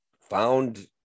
found